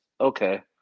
okay